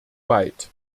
weit